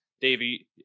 Davey